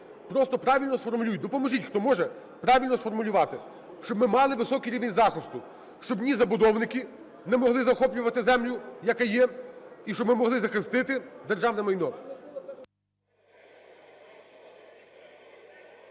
Просто правильно сформулюйте. Допоможіть, хто може, правильно сформулювати, щоб ми мали високий рівень захисту. Щоб ні забудовники не могли захоплювати землю, яка є і щоб ми могли захистити державне майно.